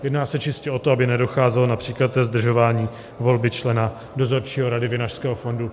Jedná se čistě o to, aby nedocházelo například ke zdržování volby člena dozorčího Rady Vinařského fondu.